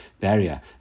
barrier